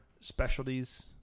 specialties